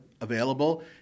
available